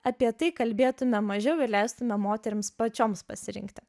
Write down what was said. apie tai kalbėtume mažiau ir leistume moterims pačioms pasirinkti